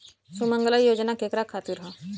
सुमँगला योजना केकरा खातिर ह?